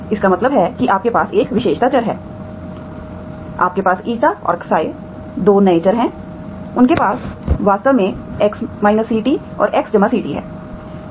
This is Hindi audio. इसका मतलब है कि आपके पास एक विशेषता चर है आपके पास η और ξ 2 नए चर हैं उनके पास वास्तव में x ct और xct हैं